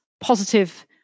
positive